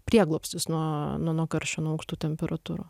prieglobstis nuo nuo nuo karščio nuo aukštų temperatūrų